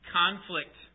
conflict